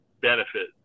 benefit